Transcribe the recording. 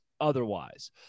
otherwise